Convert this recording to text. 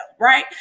right